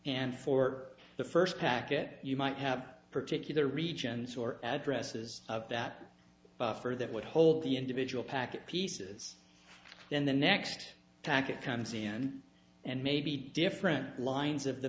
and for the first packet you might have particular regions or addresses of that buffer that would hold the individual packet pieces then the next tactic comes in and maybe different lines of the